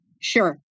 Sure